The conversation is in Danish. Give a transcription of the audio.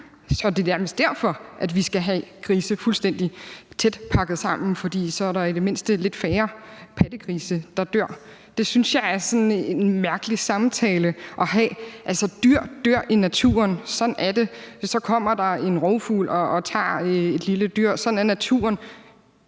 om det nærmest er derfor, at vi skal have grise fuldstændig tæt pakket sammen, fordi der så i det mindste er lidt færre pattegrise, der dør. Det synes jeg er sådan en mærkelig samtale at have. Altså, dyr dør i naturen. Sådan er det. Så kommer der en rovfugl og tager et lille dyr. Sådan er naturen.